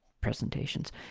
presentations